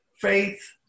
faith